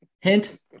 Hint